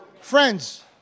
Friends